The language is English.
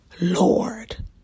Lord